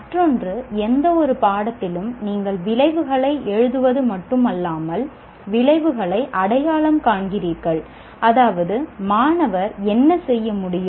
மற்றொன்று எந்தவொரு பாடத்திலும் நீங்கள் விளைவுகளை எழுதுவது மட்டுமல்லாமல் விளைவுகளை அடையாளம் காண்கிறீர்கள் அதாவது மாணவர் என்ன செய்ய முடியும்